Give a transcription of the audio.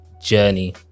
journey